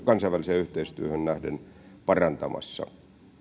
kansainväliseen yhteistyöhön nähden parantamassa